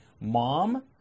mom